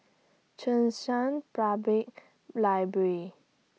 Cheng San Public Library